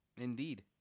Indeed